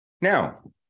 Now